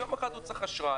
ויום אחד הוא צריך אשראי,